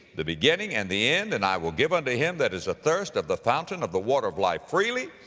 the beginning and the end, and i will give unto him that is athirst of the fountain of the water of life freely.